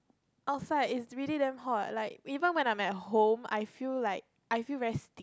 outside is really damn hot like even when I am at home I feel like I feel very